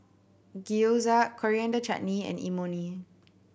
Gyoza Coriander Chutney and Imoni